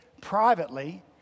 privately